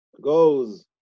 goes